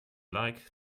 like